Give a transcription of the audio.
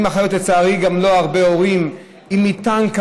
עומדות אחיות,